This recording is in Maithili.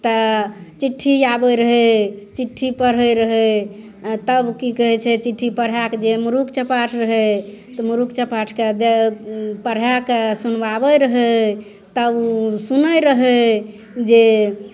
तऽ चिट्ठी आबय रहय चिट्ठी पढ़य रहय आओर तब की कहय छै चिट्ठी पढ़ाके जे मूर्ख चपाट रहय तऽ मूर्ख चपाटके पढ़यके सुनबाबय रहय तब उ सुनय रहय जे